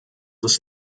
ist